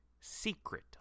secret